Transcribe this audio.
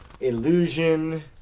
Illusion